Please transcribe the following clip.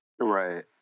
Right